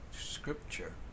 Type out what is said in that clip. Scripture